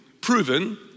proven